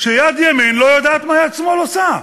שיד ימין בה לא יודעת מה יד שמאל עושה.